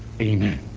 Amen